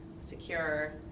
secure